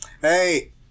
hey